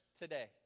today